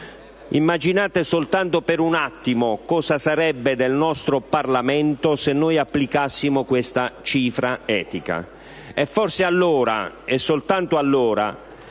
Immaginate soltanto per un attimo cosa sarebbe del nostro Parlamento, se applicassimo questa cifra etica. È forse allora - e soltanto allora